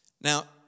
Now